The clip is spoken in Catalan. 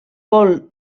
paul